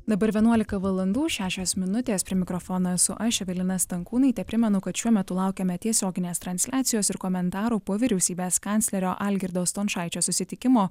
dabar vienuolika valandų šešios minutės prie mikrofono esu aš evelina stankūnaitė primenu kad šiuo metu laukiame tiesioginės transliacijos ir komentarų po vyriausybės kanclerio algirdo stončaičio susitikimo